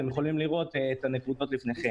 אתם יכולים לראות את הנקודות בפניכם.